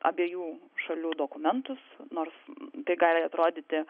abiejų šalių dokumentus nors tai gali atrodyti